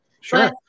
Sure